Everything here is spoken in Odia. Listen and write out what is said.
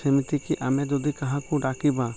ସେମିତିକି ଆମେ ଯଦି କାହାକୁ ଡାକିବା